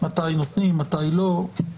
מתי נותנים, מתי לא.